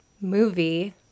movie